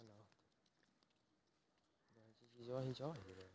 हमरा अपन खाता के सितम्बर से अक्टूबर के विवरण देखबु?